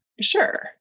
Sure